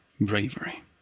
bravery